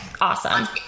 awesome